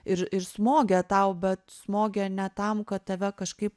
ir ir smogia tau bet smogia ne tam kad tave kažkaip